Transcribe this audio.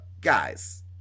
guys